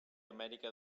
amèrica